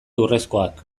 urrezkoak